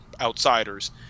outsiders